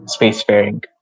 spacefaring